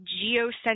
geocentric